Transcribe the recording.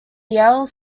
yale